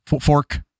fork